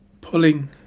pulling